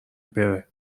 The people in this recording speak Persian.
بره